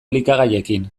elikagaiekin